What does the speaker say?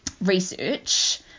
research